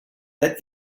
that